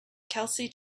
kelsey